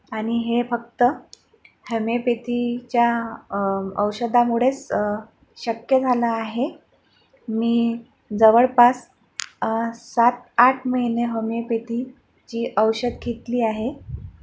आणि हे फक्त हेमिओपॅथीच्या औषधामुळेच शक्य झालं आहे मी जवळपास सात आठ महिने होमिओपॅथीची औषध घेतली आहे